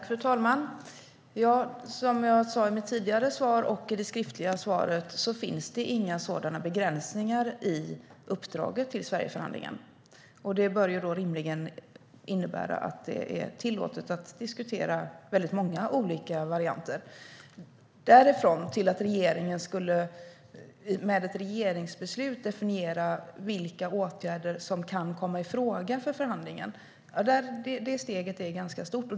Fru talman! Som jag sa i mitt tidigare svar och som det står i det skriftliga svaret finns det inga sådana begränsningar i uppdraget till Sverigeförhandlingen. Det bör då rimligen innebära att det är tillåtet att diskutera många olika varianter. Steget därifrån till att regeringen med ett regeringsbeslut skulle definiera vilka åtgärder som kan komma i fråga för förhandlingen är ganska stort.